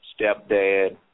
stepdad